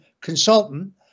consultant